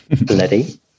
bloody